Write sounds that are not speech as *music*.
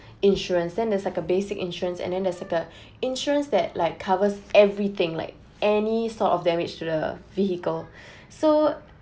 *breath* insurance then it's like a basic insurance and then there is like a insurance that like covers everything like any sort of damage to the vehicle *breath* so